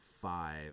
five